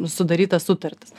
sudarytas sutartis